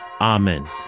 Amen